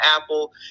Apple